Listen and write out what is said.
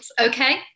Okay